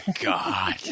God